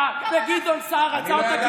וגדעון סער רצה אותה.